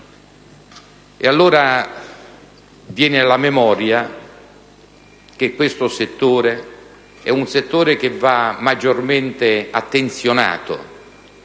Allora, viene alla memoria che questo è un settore che va maggiormente attenzionato,